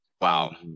wow